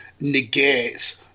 negates